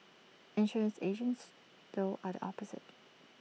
insurance agents though are the opposite